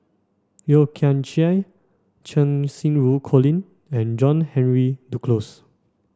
Yeo Kian Chye Cheng Xinru Colin and John Henry Duclos